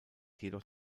jedoch